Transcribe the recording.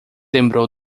lembrou